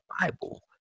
Bible